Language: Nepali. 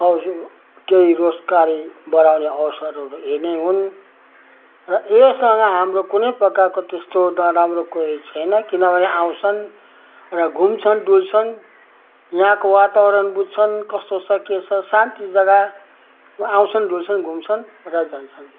अरू केही रोजगारी बढाउने अवसरहरू यही नै हुन् र योसँग कुनै प्रकारको त्यस्तो नराम्रो कोही छैन किनभने आउँछन् र घुम्छन् डुल्छन् यहाँको वातावरण बुझ्छन् कस्तो छ के छ शान्ति जग्गा र आउँछन् डुल्छन् घुम्छन् र जान्छन्